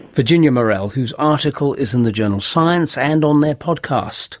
virginia morell, whose article is in the journal science and on their podcast